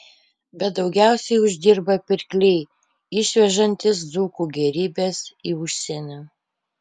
bet daugiausiai uždirba pirkliai išvežantys dzūkų gėrybes į užsienį